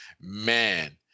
man